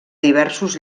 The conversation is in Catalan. diversos